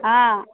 हा